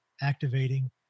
activating